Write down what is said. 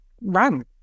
run